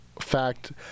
fact